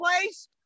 place